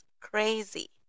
crazy